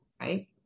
right